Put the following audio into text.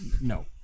No